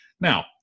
Now